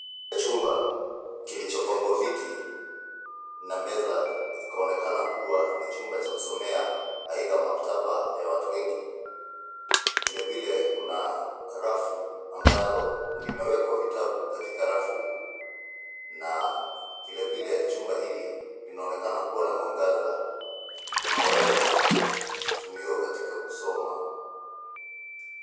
Chumba kilichopangwa viti na meza, kikionekana kuwa ni chumba cha kusomea, aidha maktaba ya watu wengi. Vilevile, kuna rafu ambayo imewekwa vitabu na pia chumba hiki kinaonekana kuwa na mwangaza unaoweza kutumiwa katika kusoma.